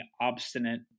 obstinate